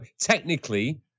technically